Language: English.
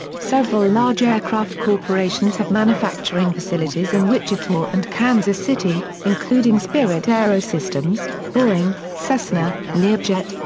several large aircraft corporations have manufacturing facilities in wichita and kansas city, including spirit aerosystems, boeing, cessna, learjet,